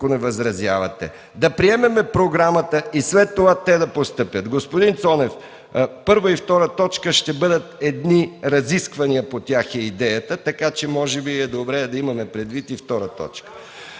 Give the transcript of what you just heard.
ако не възразявате, да приемем програмата и след това те да постъпят. Господин Цонев, по първа и втора точка ще бъдат едни разисквания – такава е идеята, така че може би е добре да имаме предвид и втора точка.